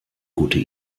gute